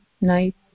night